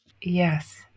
Yes